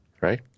Right